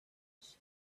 much